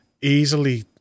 easily